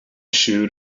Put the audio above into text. siŵr